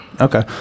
Okay